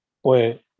Pues